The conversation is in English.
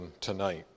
tonight